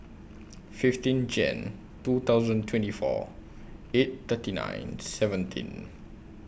fifteen Jane two thousand twenty four eight thirty nine seventeen